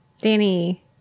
Danny